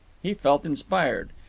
he felt inspired.